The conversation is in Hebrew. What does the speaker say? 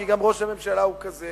כי גם ראש הממשלה הוא כזה.